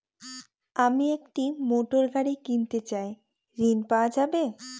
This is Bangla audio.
আমি একটি মোটরগাড়ি কিনতে চাই ঝণ পাওয়া যাবে?